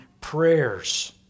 prayers